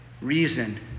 reason